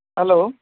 hello